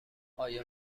آیا